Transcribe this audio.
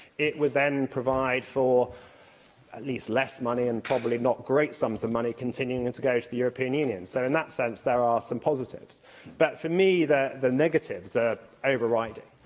it would then provide for at least less money, and probably not great sums of money, continuing and to go to the european union. so, in that sense, there are some positives but, for me, the negatives are overriding,